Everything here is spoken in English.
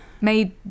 made